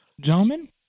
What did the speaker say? gentlemen